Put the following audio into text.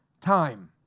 time